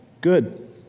Good